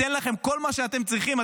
ייתן לכם כל מה שאתם צריכים.